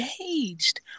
engaged